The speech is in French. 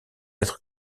être